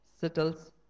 settles